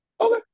Okay